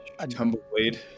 tumbleweed